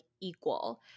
equal